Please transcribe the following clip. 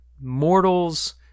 mortals